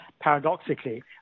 paradoxically